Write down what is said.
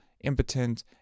impotent